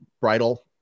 bridal